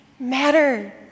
matter